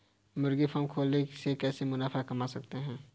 मुर्गी फार्म खोल के कैसे मुनाफा कमा सकते हैं?